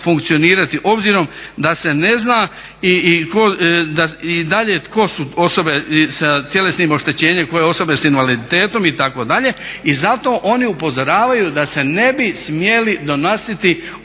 funkcionirati obzirom da se ne zna i dalje tko su osobe sa tjelesnim oštećenjem, koje osobe s invaliditetom itd. i zato oni upozoravaju da se ne bi smjeli donositi ovakvi